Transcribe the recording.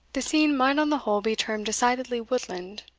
the scene might on the whole be termed decidedly woodland.